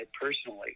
personally